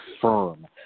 firm